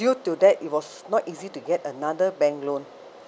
due to that it was not easy to get another bank loan